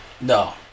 No